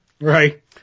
Right